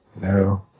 No